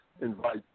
invite